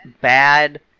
bad